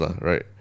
right